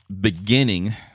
beginning